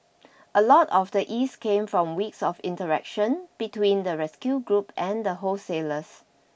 a lot of the ease came from weeks of interaction between the rescue group and the wholesalers